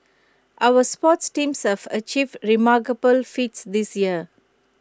our sports teams surf achieved remarkable feats this year